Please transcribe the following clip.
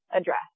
address